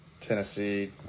Tennessee